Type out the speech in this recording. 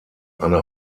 eine